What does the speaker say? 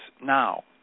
now